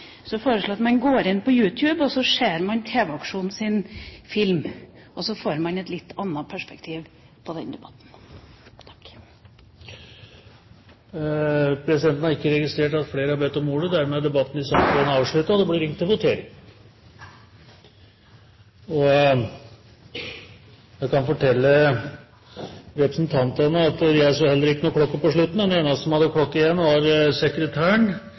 Så hvis man skal ha noe å sove med, foreslår jeg at man går inn på YouTube og ser tv-aksjonens film. Da får man et litt annet perspektiv på den debatten. Flere har ikke bedt om ordet til sak nr. 1. Presidenten kan fortelle representantene at jeg så heller ingen klokke på slutten. Den eneste som hadde klokke igjen, var sekretæren.